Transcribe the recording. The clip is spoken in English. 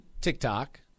TikTok